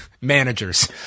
managers